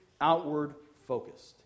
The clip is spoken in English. outward-focused